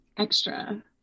Extra